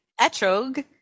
etrog